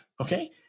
Okay